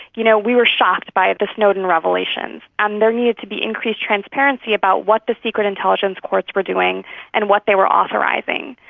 you know, we were shocked by the snowdon revelations, and there needed to be increased transparency about what the secret intelligence courts were doing and what they were authorising.